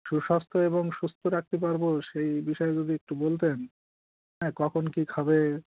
সুস্বাস্থ্য এবং সুস্থ রাখতে পারব সেই বিষয়ে যদি একটু বলতেন হ্যাঁ কখন কী খাবে